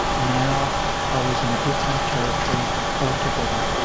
now i was in a different territory altogether.